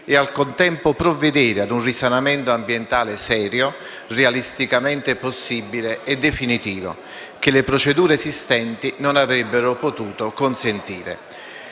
e al contempo provvedere a un risanamento ambientale serio, realisticamente possibile e definitivo, che le procedure esistenti non avrebbero potuto consentire.